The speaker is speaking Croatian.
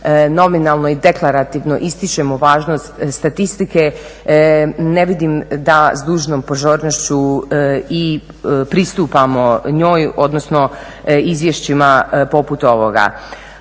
nominalno i deklarativno ističemo važnost statistike. Ne vidim da s dužnom pozornošću i pristupamo njoj, odnosno izvješćima poput ovoga.